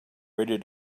ready